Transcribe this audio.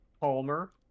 Palmer